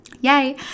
Yay